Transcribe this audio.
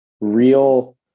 real